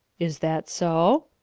is that so?